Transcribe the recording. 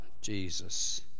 Jesus